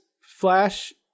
Flash